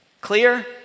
Clear